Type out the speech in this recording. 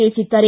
ತಿಳಿಸಿದ್ದಾರೆ